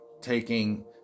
taking